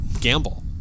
gamble